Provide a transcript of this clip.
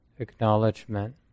Acknowledgement